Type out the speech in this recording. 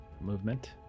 movement